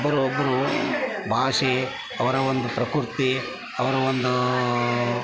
ಒಬ್ಬರು ಒಬ್ಬರ ಭಾಷೆ ಅವರ ಒಂದು ಪ್ರಕೃತಿ ಅವರ ಒಂದು